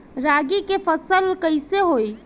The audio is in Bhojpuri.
रागी के फसल कईसे होई?